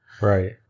right